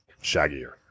shaggier